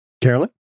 Carolyn